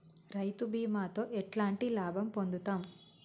రైతు బీమాతో ఎట్లాంటి లాభం పొందుతం?